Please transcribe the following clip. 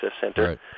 Center